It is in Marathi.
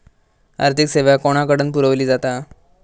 आर्थिक सेवा कोणाकडन पुरविली जाता?